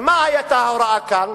ומה היתה ההוראה כאן?